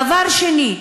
דבר שני,